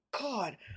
God